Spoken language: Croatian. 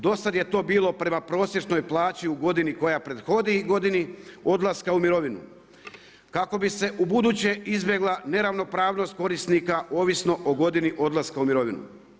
Do sada je to bilo prema prosječnoj plaći u godini koja prethodi godini odlaska u mirovinu kako bi se ubuduće izbjegla neravnopravnost korisnika ovisno o godini odlaska u mirovinu.